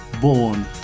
born